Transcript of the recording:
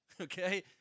okay